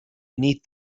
beneath